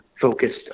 focused